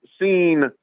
seen